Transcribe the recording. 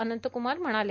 अनंतकुमार म्हणाले